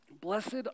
Blessed